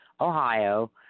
Ohio